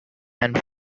and